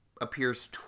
appears